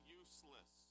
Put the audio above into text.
useless